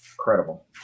Incredible